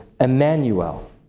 Emmanuel